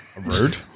Rude